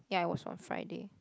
yeah it was on Friday